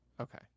Okay